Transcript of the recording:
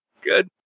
good